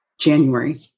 January